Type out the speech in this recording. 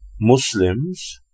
Muslims